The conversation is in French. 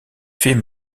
faits